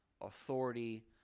authority